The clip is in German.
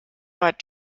war